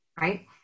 right